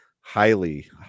highly